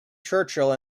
churchill